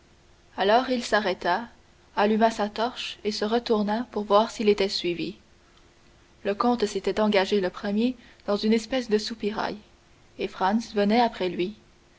alors il s'arrêta alluma sa torche et se retourna pour voir s'il était suivi le comte s'était engagé le premier dans une espèce de soupirail et franz venait après lui